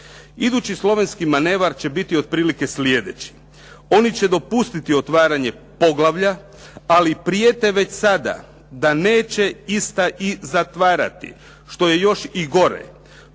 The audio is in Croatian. Idući slovenski manevar će biti otprilike sljedeći, oni će dopustiti otvaranje poglavlja, ali prijete već sada da neće ista i zatvarati, što je još i gore,